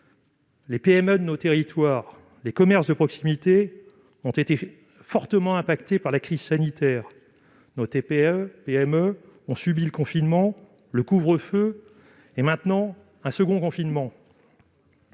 Les PME de nos territoires et les commerces de proximité ont été fortement impactés par la crise sanitaire. Nos TPE et PME ont subi le confinement, le couvre-feu et maintenant un second confinement.